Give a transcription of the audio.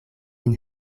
vin